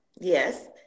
yes